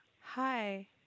Hi